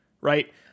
right